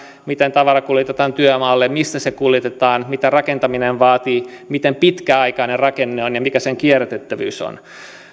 miten tavara kuljetetaan työmaalle missä se kuljetetaan mitä rakentaminen vaatii miten pitkäaikainen rakenne on ja mikä sen kierrätettävyys on